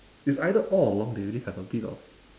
it's either all along they already have a bit of